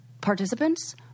participants